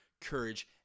courage